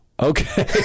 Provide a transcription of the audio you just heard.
Okay